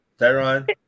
Tyron